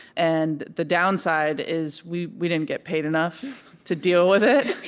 and the downside is, we we didn't get paid enough to deal with it.